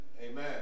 Amen